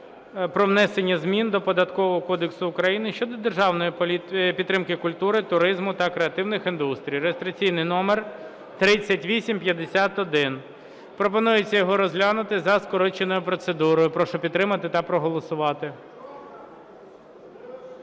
про внесення змін до Податкового кодексу України щодо державної підтримки культури, туризму та креативних індустрій (реєстраційний номер 3851). Пропонується його розглянути за скороченою процедурою. Прошу підтримати та проголосувати.